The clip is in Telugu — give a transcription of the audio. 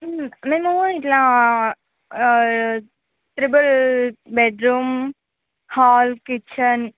మేము ఇలా ట్రిపుల్ బెడ్రూమ్ హాల్ కిచెన్